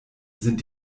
sind